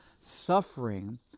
suffering